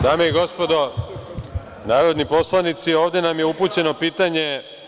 Dame i gospodo narodni poslanici, ovde nam je upućeno pitanje…